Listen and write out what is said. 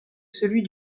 celui